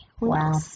Wow